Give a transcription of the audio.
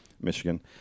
Michigan